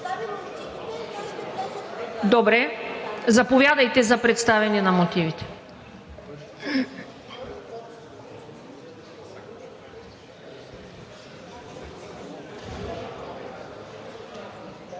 Добре, заповядайте за представяне на мотивите.